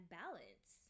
balance